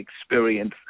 experience